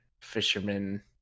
fisherman